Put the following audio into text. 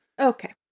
Okay